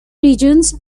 regions